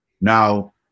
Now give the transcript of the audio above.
Now